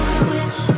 switch